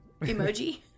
emoji